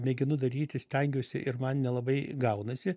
mėginu daryti stengiuosi ir man nelabai gaunasi